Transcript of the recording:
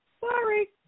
Sorry